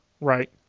Right